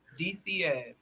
DCF